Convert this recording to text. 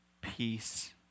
peace